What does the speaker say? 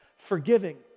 forgiving